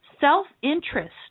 self-interest